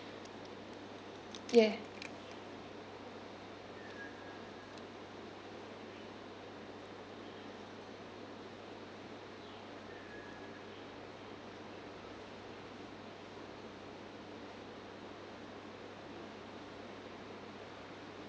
yeah